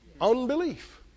unbelief